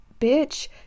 bitch